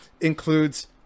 includes